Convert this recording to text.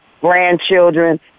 grandchildren